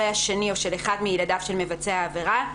השני או של אחד מילדיו של מבצע העבירה,